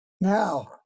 Now